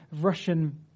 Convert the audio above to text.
Russian